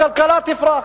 הכלכלה תפרח.